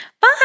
Bye